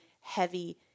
heavy